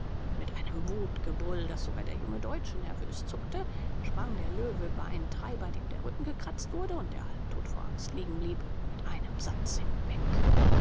mit einem wutgebrüll daß sogar der junge deutsche nervös zuckte sprang der löwe über einen treiber dem der rücken gekratzt wurde und der halbtot vor angst liegen blieb mit einem satz hinweg